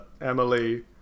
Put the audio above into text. Emily